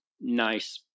nice